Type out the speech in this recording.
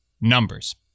numbers